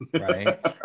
right